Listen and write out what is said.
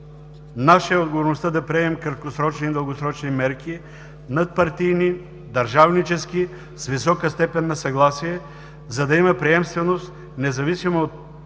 Наша е отговорността да приемем краткосрочни и дългосрочни мерки, надпартийни, държавнически, с висока степен на съгласие, за да има приемственост, независимо от